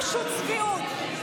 פשוט צביעות.